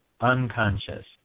unconscious